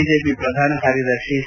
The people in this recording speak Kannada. ಬಿಜೆಪಿ ಪ್ರಧಾನ ಕಾರ್ಯದರ್ಶಿ ಸಿ